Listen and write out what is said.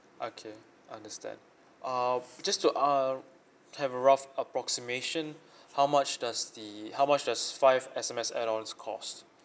okay understand uh just to uh have a rough approximation how much does the how much does five S_M_S add ons cost